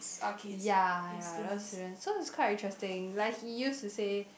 ya ya those students so it's quite interesting like he used to say